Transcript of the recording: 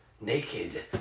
naked